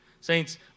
Saints